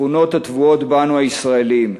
תכונות הטבועות בנו הישראלים.